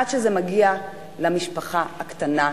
עד שזה מגיע למשפחה הקטנה,